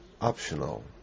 optional